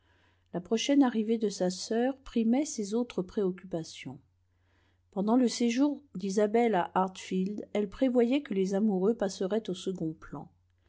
la prochaine arrivée de sa sœur primait ses autres préoccupations pendant le séjour d'isabelle à hartfield elle prévoyait que les amoureux passeraient au second plan